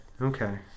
Okay